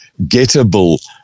gettable